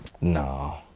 No